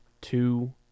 two